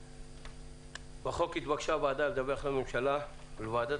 בחוק התבקשה הוועדה לדווח לממשלה ולוועדת